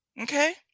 Okay